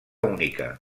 única